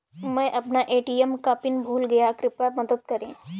मै अपना ए.टी.एम का पिन भूल गया कृपया मदद करें